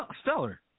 stellar